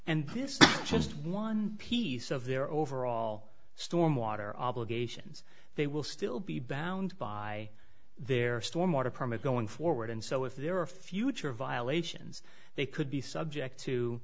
and this is just one piece of their overall stormwater obligations they will still be bound by their stormwater permit going forward and so if there are future violations they could be subject to